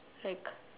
like